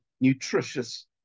nutritious